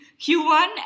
Q1